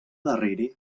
darrere